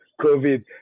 COVID